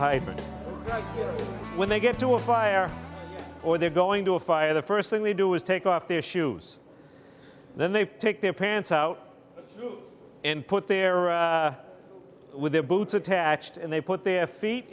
a hybrid when they get to a fire or they're going to a fire the first thing they do is take off their shoes then they take their pants out and put their or with their boots attached and they put their feet